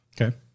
Okay